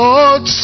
Lord